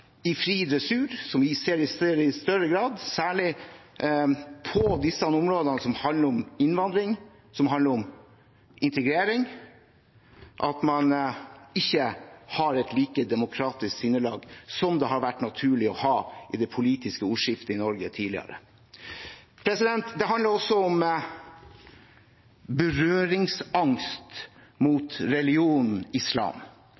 fri dressur, og vi ser i større grad – særlig på områdene som handler om innvandring og integrering – at man ikke har et like demokratisk sinnelag som det har vært naturlig å ha i det politiske ordskiftet i Norge tidligere. Det handler også om berøringsangst overfor religionen islam.